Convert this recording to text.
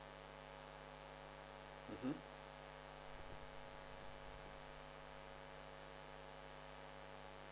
mmhmm